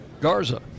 Garza